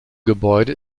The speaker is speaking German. gebäude